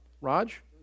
Raj